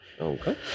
Okay